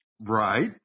Right